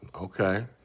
Okay